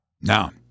Now